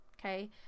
Okay